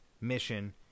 mission